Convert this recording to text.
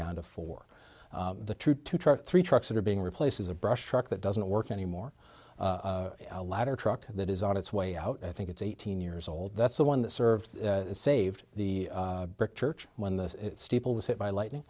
down to for the true two trucks three trucks that are being replaced is a brush truck that doesn't work anymore a ladder truck that is on its way out i think it's eighteen years old that's the one that served saved the church when the steeple was hit by lightning